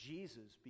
Jesus